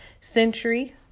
century